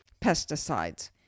pesticides